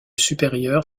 supérieure